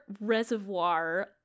reservoir